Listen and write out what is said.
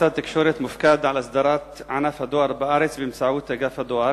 משרד התקשורת מופקד על הסדרת ענף הדואר בארץ באמצעות אגף הדואר